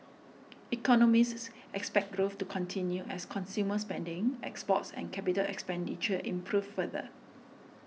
economists expect growth to continue as consumer spending exports and capital expenditure improve further